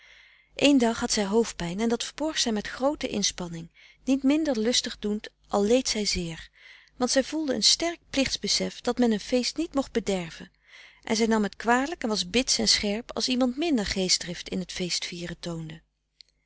een dag had zij hoofdpijn en dat verborg zij met groote inspanning niet minder lustig doend al leed zij zeer want zij voelde een sterk plichtbesef dat men een feest niet mocht bederven en zij nam het kwalijk en was bits en scherp als iemand minder geestdrift in t feestvieren toonde